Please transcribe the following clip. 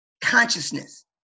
consciousness